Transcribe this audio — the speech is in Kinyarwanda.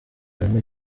harimo